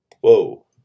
whoa